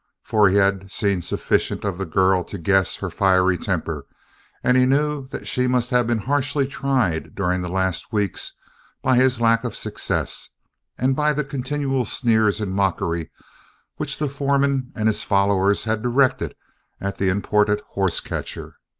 for he had seen sufficient of the girl to guess her fiery temper and he knew that she must have been harshly tried during the last weeks by his lack of success and by the continual sneers and mockery which the foreman and his followers had directed at the imported horse-catcher.